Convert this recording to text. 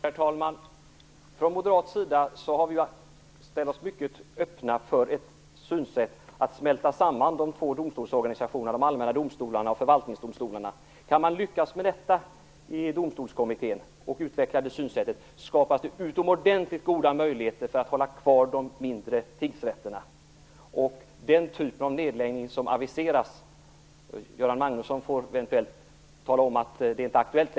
Herr talman! Vi ställer oss från moderat sida mycket öppna för synsättet att smälta samman de två domstolsorganisationerna, de allmänna domstolarna och förvaltningsdomstolarna. Kan man lyckas med att utveckla det synsättet i Domstolskommittén skapas det utomordentligt goda möjligheter att ha kvar de mindre tingsrätterna. När det gäller den typ av nedläggning som aviseras får Göran Magnusson tala om att det eventuellt inte längre är aktuellt.